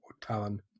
Talon